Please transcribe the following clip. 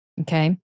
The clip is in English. okay